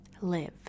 live